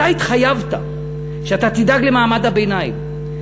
אתה התחייבת שאתה תדאג למעמד הביניים.